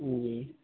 جی